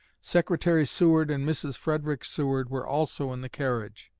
secretary seward and mrs. frederick seward were also in the carriage.